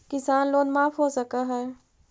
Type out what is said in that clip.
किसान लोन माफ हो सक है?